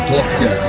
Doctor